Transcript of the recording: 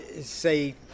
say